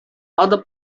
other